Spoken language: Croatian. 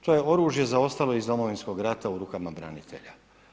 To je oružje zaostalo iz Domovinskog rata u rukama branitelja.